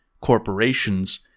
corporations